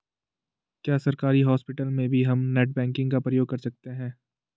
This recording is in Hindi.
क्या सरकारी हॉस्पिटल में भी हम नेट बैंकिंग का प्रयोग कर सकते हैं?